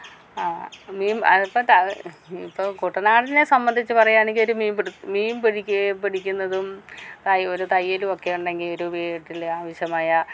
മീൻ അതപ്പം ഇപ്പോൾ കുട്ടുന്ന ആളിനെ സംബന്ധിച്ച് പറയുവാണെങ്കിൽ ഒരു മീൻ പിടി മീൻ പിടിക്കുവേം പിടിക്കുന്നതും ഒരു തയ്യലും ഒക്കെ ഉണ്ടെങ്കിൽ ഒരു വീട്ടിൽ ആവശ്യമായ